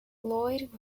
lloyd